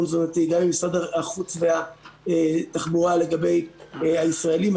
תזונתי וגם עם משרד החוץ ותחבורה לגבי הישראלים שבחו"ל.